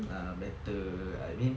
err better I mean